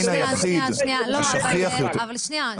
שנייה --- התסמנין היחיד ששכיח יותר --- אבל שנייה,